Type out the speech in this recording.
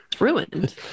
ruined